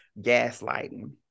gaslighting